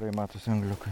tai matosi angliukai